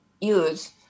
use